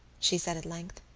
she said at length.